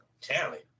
talent